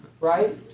right